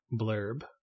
blurb